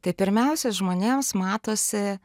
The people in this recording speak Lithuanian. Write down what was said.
tai pirmiausia žmonėms matosi